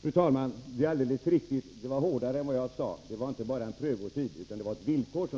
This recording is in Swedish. Fru talman! Det är alldeles riktigt, det var hårdare skrivet än vad jag sade. Det gällde inte bara en prövotid, utan detta var ett villkor